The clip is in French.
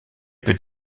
peut